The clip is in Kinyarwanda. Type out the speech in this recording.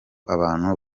abantu